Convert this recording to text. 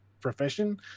profession